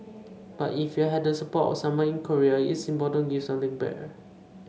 if you've had the support of someone in your career it's important to give something back